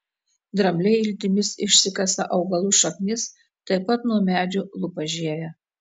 drambliai iltimis išsikasa augalų šaknis taip pat nuo medžių lupa žievę